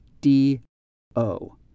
d-o